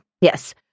Yes